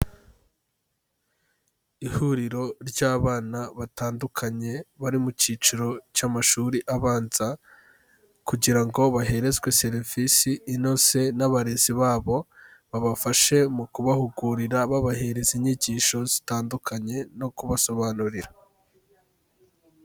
Ihuriro ry'abana batandukanye bari mu cyiciro cy'amashuri abanza kugira ngo baherezwe serivisi inoze n'abarezi babo, babafashe mu kubahugurira babahereza inyigisho zitandukanye no kubasobanurira.